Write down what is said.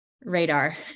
radar